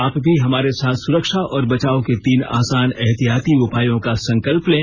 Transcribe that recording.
आप भी हमारे साथ सुरक्षा और बचाव के तीन आसान एहतियाती उपायों का संकल्प लें